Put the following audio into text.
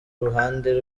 ruhande